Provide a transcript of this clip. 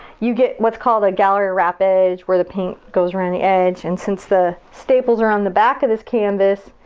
you get what's called a gallery wrap edge, where the paint goes around the edge, and since the staples are on the back of this canvas,